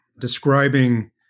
describing